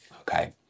okay